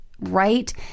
right